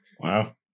Wow